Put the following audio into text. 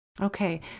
okay